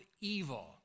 evil